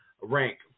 rank